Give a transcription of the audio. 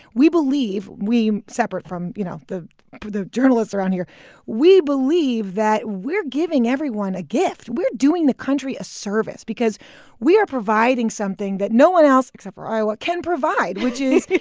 we believe we separate from, you know, the the journalists around here we believe that we're giving everyone a gift. we're doing the country a service because we are providing something that no one else except for iowa can provide, which is.